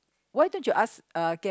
why don't you ask uh